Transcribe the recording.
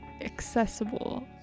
Accessible